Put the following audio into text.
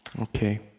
Okay